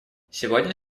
сегодня